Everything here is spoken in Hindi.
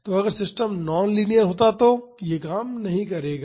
तो अगर सिस्टम नॉन लीनियर होता तो यह काम नहीं करेगा